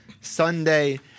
Sunday